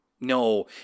No